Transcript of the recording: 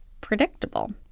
predictable